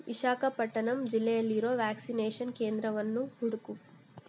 ವಿಶಾಖಪಟ್ಟಣಂ ಜಿಲ್ಲೆಯಲ್ಲಿರೋ ವ್ಯಾಕ್ಸಿನೇಷನ್ ಕೇಂದ್ರವನ್ನು ಹುಡುಕು